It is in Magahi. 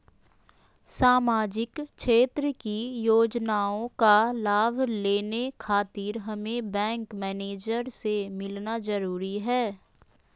सामाजिक क्षेत्र की योजनाओं का लाभ लेने खातिर हमें बैंक मैनेजर से मिलना जरूरी है?